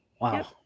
Wow